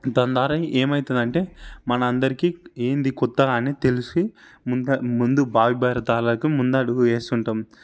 దానిద్వారా ఏమవుతుందంటే మనందరికీ ఎంది కొత్తగా అని తెలిసి ముందు ముందు భావి భారతాలకు ముందడుగు వేస్తుంటాం